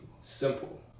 simple